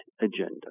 agenda